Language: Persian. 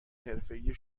حرفهای